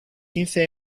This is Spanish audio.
quince